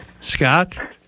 Scott